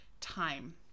time